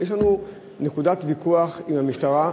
יש לנו נקודת ויכוח עם המשטרה,